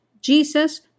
Jesus